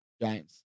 giants